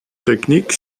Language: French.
technique